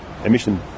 emission